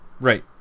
Right